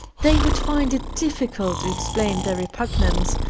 they would find it difficult to explain their repugnance,